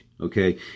Okay